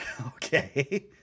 okay